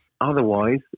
Otherwise